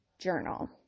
journal